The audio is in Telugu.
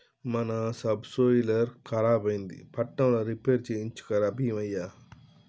మన సబ్సోయిలర్ ఖరాబైంది పట్నంల రిపేర్ చేయించుక రా బీమయ్య